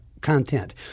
content